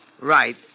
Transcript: right